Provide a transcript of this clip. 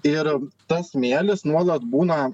ir tas smėlis nuolat būna